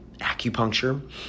acupuncture